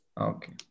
okay